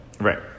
Right